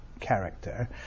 character